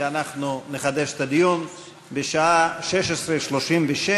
ואנחנו נחדש את הדיון בשעה 16:36,